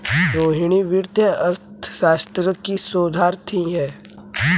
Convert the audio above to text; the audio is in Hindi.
रोहिणी वित्तीय अर्थशास्त्र की शोधार्थी है